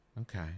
Okay